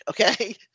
Okay